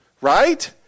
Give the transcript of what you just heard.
Right